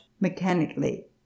mechanically